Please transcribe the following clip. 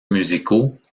musicaux